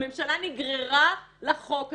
הממשלה נגררה לחוק הזה.